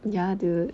ya dude